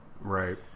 right